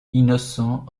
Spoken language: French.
innocent